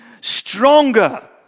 Stronger